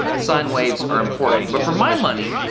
sine waves are important but for my money,